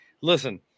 listen